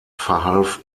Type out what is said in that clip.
verhalf